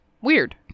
weird